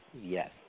Yes